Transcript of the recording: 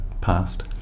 past